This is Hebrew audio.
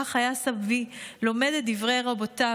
כך היה סבי לומד את דברי רבותיו,